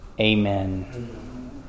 Amen